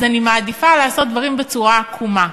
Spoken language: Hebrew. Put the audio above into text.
אז אני מעדיפה לעשות דברים בצורה עקומה.